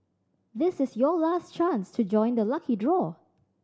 this is your last chance to join the lucky draw